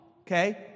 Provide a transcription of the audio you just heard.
okay